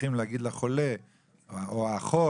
או האחות,